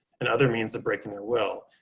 and other means of breaking their will.